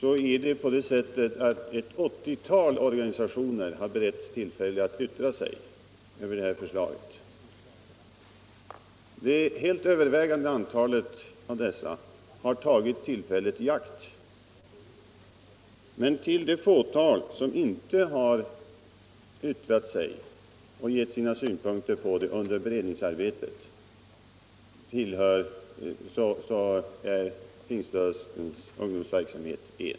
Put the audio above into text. Herr talman! Ett 80-tal organisationer har beretts tillfälle att yttra sig över det här förslaget. Det helt övervägande antalet har tagit detta tillfälle i akt. Till det fåtal organisationer som inte yttrat sig och gett sina synpunkter till känna under beredningsarbetet hör pingströrelsens ungdomsverksamhet.